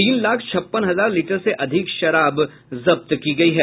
तीन लाख छप्पन हजार लीटर से अधिक शराब जब्त की गयी है